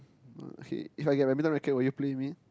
okay if I get badminton racket will you play with me